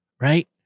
Right